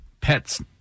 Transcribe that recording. pets